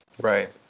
Right